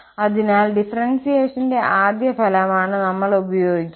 അതിനാൽ ഡിഫറെൻസിയേഷന്റെ ആദ്യ ഫലമാണ് നമ്മൾ ഉപയോഗിക്കുന്നത്